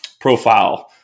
profile